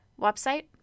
website